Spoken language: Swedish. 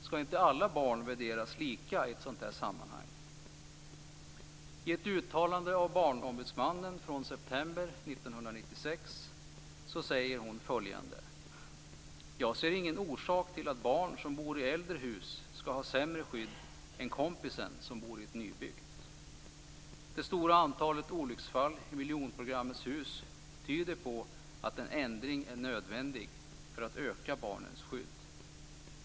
Skall inte alla barn värderas lika i ett sådant här sammanhang? Barnombudsmannen säger i ett uttalande från september 1996: Jag ser ingen orsak till att barn som bor i äldre hus skall ha sämre skydd än kompisen som bor i ett nybyggt. Det stora antalet olycksfall i miljonprogrammets hus tyder på att en ändring är nödvändig för att öka barnens skydd.